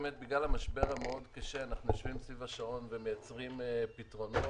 בגלל המשבר המאוד קשה באמת אנחנו יושבים סביב השעון ומייצרים פתרונות,